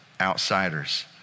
outsiders